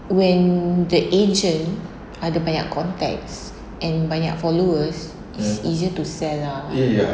when the agent ada banyak contacts and banyak followers it's easier to sell lah